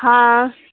हँ